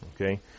Okay